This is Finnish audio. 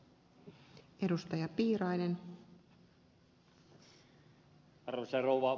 arvoisa rouva puhemies